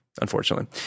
unfortunately